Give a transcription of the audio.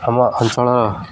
ଆମ ଅଞ୍ଚଳ